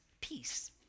peace